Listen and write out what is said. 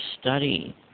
study